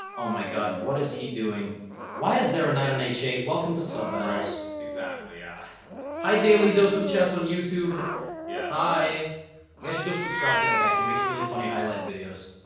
oh my god what is he doing why is there a knight on h eight welcome to sub battles exactly yeah hi daily dose of chess on youtube yeah hi you guys should go subscribe to that guy he makes really funny highlight videos